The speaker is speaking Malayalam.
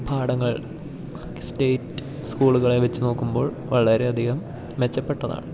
പാഠങ്ങൾ സ്റ്റേറ്റ് സ്കൂളുകളെ വെച്ചു നോക്കുമ്പോൾ വളരെ അധികം മെച്ചപ്പെട്ടതാണ്